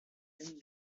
and